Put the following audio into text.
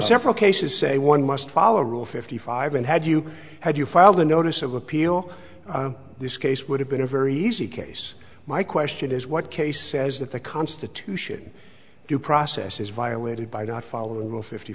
several cases say one must follow rule fifty five and had you had you filed a notice of appeal this case would have been a very easy case my question is what kay says that the constitution due process is violated by not following rule fifty